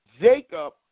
Jacob